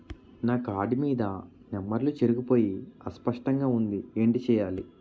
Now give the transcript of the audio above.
నా కార్డ్ మీద నంబర్లు చెరిగిపోయాయి అస్పష్టంగా వుంది ఏంటి చేయాలి?